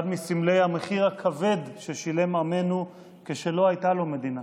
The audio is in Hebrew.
אחד מסמלי המחיר הכבד ששילם עמנו כשלא הייתה לו מדינה.